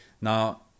Now